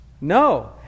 No